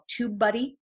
TubeBuddy